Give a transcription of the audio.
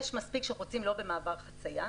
יש מספיק שחוצים לא במעבר חציה,